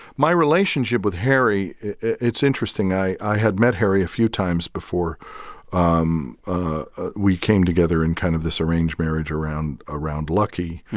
my relationship with harry it's interesting. i i had met harry a few times before um ah we came together in kind of this arranged marriage around around lucky.